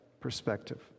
perspective